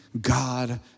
God